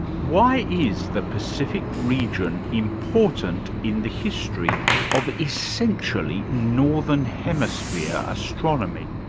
why is the pacific region important in the history of essentially northern hemisphere astronomy?